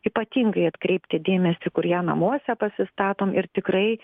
ypatingai atkreipti dėmesį kur ją namuose pasistatom ir tikrai